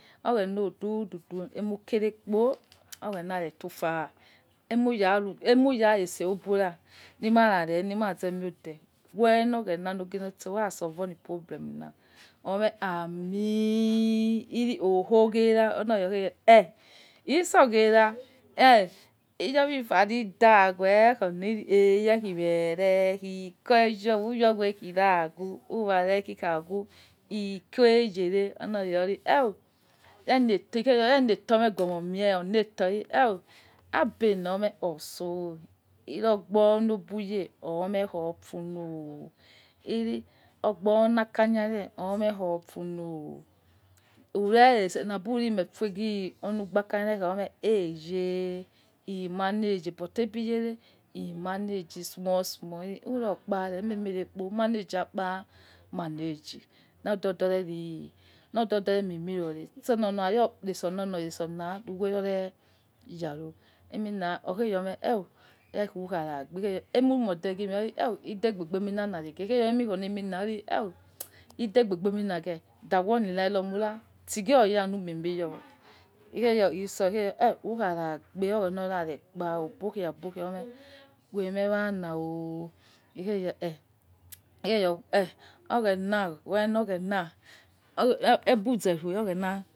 Ighena odudu du amukere kpo oghena etofa, umuya itse obora limaza iniode we loghena lo ogie lo itse ura solve oni problem na ome amen. Loi ohi ghera oloya eh iso ghe ra eh iyowi facidat wekhona eye eh yeme rie uregho ureoghie khiraghue ikuegele oloyi ye eh eto abela oyome oso ogbo lebiye oyema ofulo lai ogbo ola kakha re ome kho fulo ure itse tse na dabi uremi efue ulugbakakha rekhere ome ehye emanage but ebiyere emanage small small uso kpare emerenre rekpo monage akpa maonaga no ododa no ododo za nire me rore orseso na omaise so na lo uwele reyaro eh mieni oghe me reh! Emy moreghi mie oghe yema eh! Edebegbemina reghe eghe yori emi ma kho orleun na nare idegbe nina ghe doghuo linyton ra tighoya lumie may yowo ighe yo eh! Ukhara gbe oghena re kpa'o bokha obokha oghe yo eh! Gweme walao ighe yo eh! Gweme walao ighe yo eh! Oghena weto ghena ebuza ne oghena.